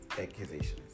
accusations